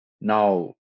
Now